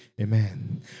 Amen